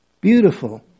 Beautiful